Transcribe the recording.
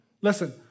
Listen